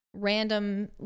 Random